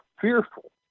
fearful